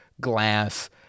glass